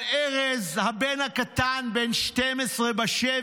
על ארז הבן הקטן ששוחרר,